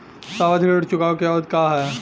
सावधि ऋण चुकावे के अवधि का ह?